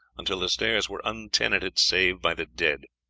until the stairs were untenanted save by the dead.